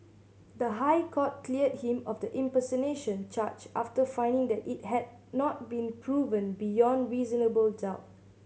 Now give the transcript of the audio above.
the High Court cleared him of the impersonation charge after finding that it had not been proven beyond reasonable doubt